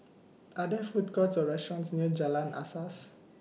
Are There Food Courts Or restaurants near Jalan Asas